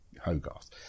Hogarth